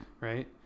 Right